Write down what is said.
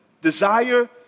desire